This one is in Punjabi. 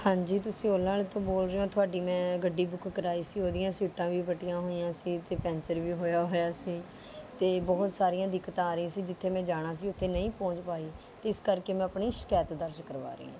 ਹਾਂਜੀ ਤੁਸੀਂ ਓਲਾ ਵਾਲਿਆਂ ਤੋਂ ਬੋਲ ਰਹੇ ਹੋ ਤੁਹਾਡੀ ਮੈਂ ਗੱਡੀ ਬੁੱਕ ਕਰਵਾਈ ਸੀ ਉਹ ਦੀਆਂ ਸੀਟਾਂ ਵੀ ਫਟੀਆਂ ਹੋਈਆਂ ਸੀ ਅਤੇ ਪੈਂਚਰ ਵੀ ਹੋਇਆ ਹੋਇਆ ਸੀ ਅਤੇ ਬਹੁਤ ਸਾਰੀਆਂ ਦਿੱਕਤਾਂ ਆ ਰਹੀ ਸੀ ਜਿੱਥੇ ਮੈਂ ਜਾਣਾ ਸੀ ਉੱਥੇ ਨਹੀਂ ਪਹੁੰਚ ਪਾਈ ਅਤੇ ਇਸ ਕਰਕੇ ਮੈਂ ਆਪਣੀ ਸ਼ਿਕਾਇਤ ਦਰਜ ਕਰਵਾ ਰਹੀ ਹਾਂ